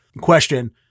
question